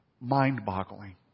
mind-boggling